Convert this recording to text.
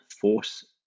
force